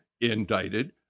indicted